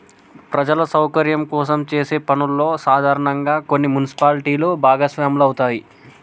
ప్రజల సౌకర్యం కోసం చేసే పనుల్లో సాధారనంగా కొన్ని మున్సిపాలిటీలు భాగస్వాములవుతాయి